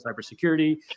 cybersecurity